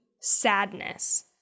sadness